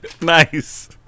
Nice